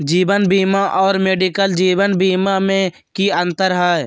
जीवन बीमा और मेडिकल जीवन बीमा में की अंतर है?